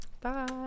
bye